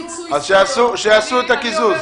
שיעשו את הקיזוז.